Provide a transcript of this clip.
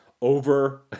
over